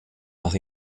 nach